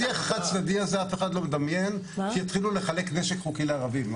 השיח החד צדדי אף אחד לא מדמיין שיתחילו לחלק נשק חוקי לערבים.